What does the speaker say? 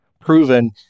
proven